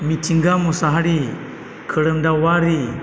मिथिंगा मुसाहारि खोरोमदाव वारि